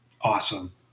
awesome